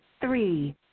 Three